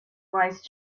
wise